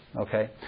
Okay